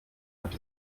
bacu